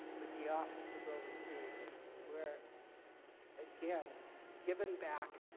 with the office overseas where again giving back